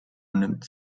nimmt